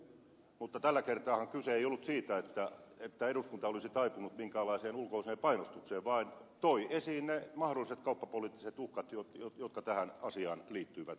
mutta tällä kertaahan kyse ei ollut siitä että eduskunta olisi taipunut minkäänlaiseen ulkoiseen painostukseen vaan toi esiin ne mahdolliset kauppapoliittiset uhkat jotka tähän asiaan liittyivät